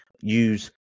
use